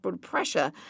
pressure